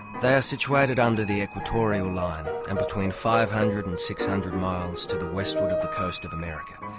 they are situated under the equatorial line and between five hundred and six hundred miles to the westward of the coast of america.